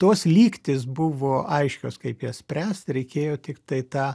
tos lygtys buvo aiškios kaip jas spręsti reikėjo tiktai tą